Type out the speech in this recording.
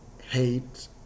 hate